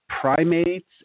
primates